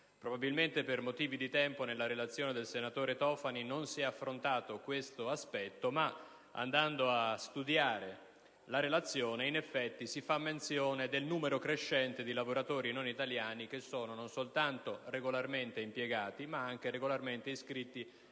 Probabilmente per motivi di tempo, nella relazione del senatore Tofani non si è affrontato tale aspetto, ma studiando la relazione in effetti si fa menzione del numero crescente di lavoratori non italiani che sono non soltanto regolarmente impiegati, ma anche regolarmente iscritti agli istituti